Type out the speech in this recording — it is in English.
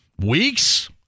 weeks